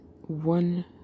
One